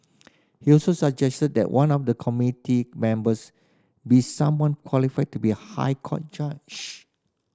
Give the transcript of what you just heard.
he also suggested that one of the committee members be someone qualified to be a High Court judge